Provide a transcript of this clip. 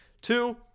two